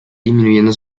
disminuyendo